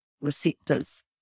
receptors